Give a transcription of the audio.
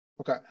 Okay